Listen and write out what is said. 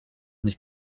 nicht